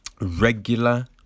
regular